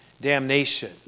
damnation